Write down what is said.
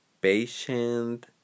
patient